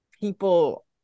people